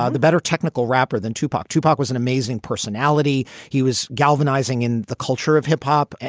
ah the better technical rapper than tupac. tupac was an amazing personality. he was galvanizing in the culture of hip hop,